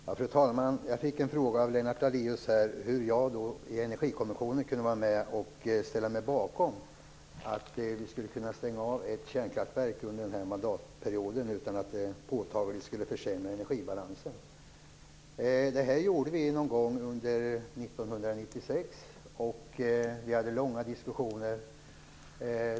Fru talman! Jag fick en fråga av Lennart Daléus om hur jag i Energikommissionen kunde ställa mig bakom att vi skulle stänga av ett kärnkraftverk under denna mandatperiod utan att det påtagligt skulle försämra energibalansen. Det ställningstagandet gjorde vi någon gång under 1996. Vi hade långa diskussioner.